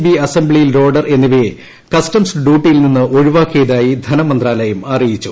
B assembly loader എന്നിവയെ customs ഡ്യൂട്ടിയിൽ നിന്ന് ഒഴിവാക്കിയതായി ധനമന്ത്രാലയം അറിയിച്ചു